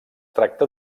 tracta